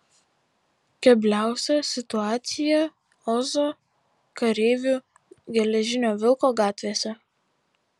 kebliausia situacija ozo kareivių geležinio vilko gatvėse